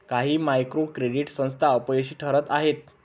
काही micro credit संस्था अपयशी ठरत आहेत